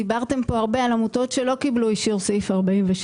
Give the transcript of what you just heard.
דיברתם הרבה על עמותות שלא קיבלו את אישור סעיף 46